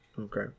Okay